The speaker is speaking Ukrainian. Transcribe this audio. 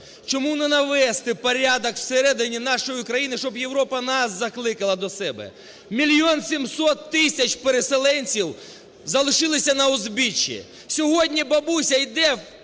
Чому не навести порядок всередині нашої країни, щоб Європа нас закликала до себе. Мільйон 700 тисяч переселенців залишилися на узбіччі. Сьогодні бабуся йде